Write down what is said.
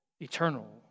eternal